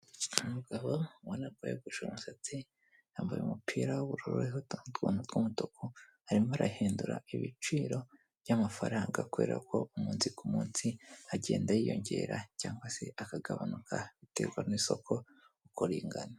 Umugabo ubona ubona ko yogosha umusatsi, yambaye umupira w'ubururu uriho utuntu tw'umutuku, arimo arahindura ibiciro by'amafaranga kubera ko umunsi ku munsi agenda yiyongera cyangwa se akagabanuka biterwa n'isoko uko ringana.